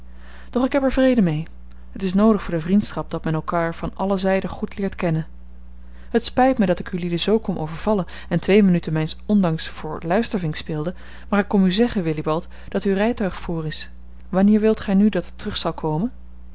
ik heb er vrede mee het is noodig voor de vriendschap dat men elkaar van alle zijden goed leert kennen het spijt mij dat ik ulieden zoo kom overvallen en twee minuten mijns ondanks voor luistervink speelde maar ik kom u zeggen willibald dat uw rijtuig voor is wanneer wilt gij nu dat het terug zal komen